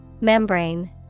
Membrane